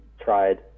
tried